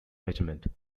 measurement